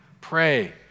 Pray